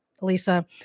Lisa